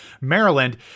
Maryland